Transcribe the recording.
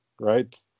right